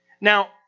Now